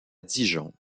dijon